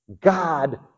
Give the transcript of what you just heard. God